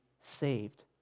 saved